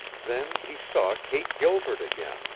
then he saw kate gilbert again,